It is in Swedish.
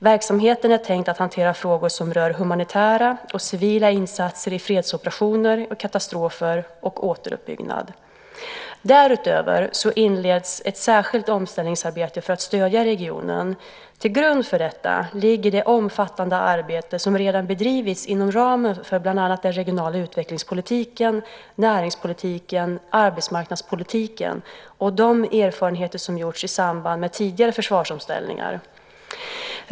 Verksamheten är tänkt att hantera frågor som rör humanitära och civila insatser i fredsoperationer, katastrofer och återuppbyggnad. Därutöver inleds ett särskilt omställningsarbete för att stödja regionen. Till grund för detta ligger det omfattande arbete som redan bedrivits inom ramen bland annat för den regionala utvecklingspolitiken, näringspolitiken och arbetsmarknadspolitiken samt de erfarenheter som gjorts i samband med tidigare försvarsomställningar.